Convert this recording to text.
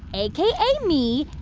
aka me,